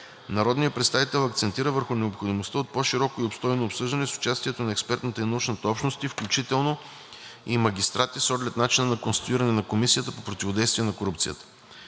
Народният представител акцентира върху необходимостта от по-широко и обстойно обсъждане с участието на експертната и научната общност, включително и магистрати с оглед начина на конституиране на Комисията по противодействие на корупцията.